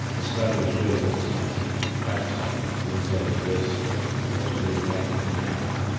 establish really what the scientific facts are in terms of risk and what sort of impact it can have,